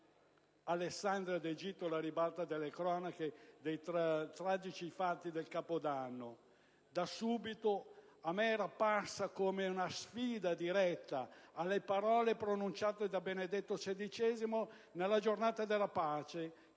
Alessandria d'Egitto alla ribalta delle cronache con i tragici fatti del Capodanno? Da subito a me era parsa come una sfida diretta alle parole pronunciate da Benedetto XVI nella Giornata della pace,